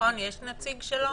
יש נציג שלו